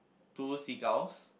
two seagulls